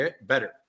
better